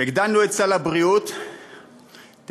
הגדלנו את סל הבריאות, איפה?